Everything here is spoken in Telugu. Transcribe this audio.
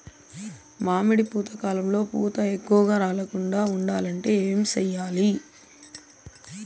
మామిడి పూత కాలంలో పూత ఎక్కువగా రాలకుండా ఉండాలంటే ఏమి చెయ్యాలి?